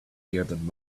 bearded